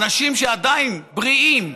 האנשים שעדיין בריאים,